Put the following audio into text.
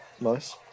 nice